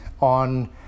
on